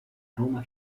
roma